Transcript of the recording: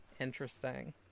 interesting